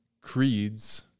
creeds